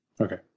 Okay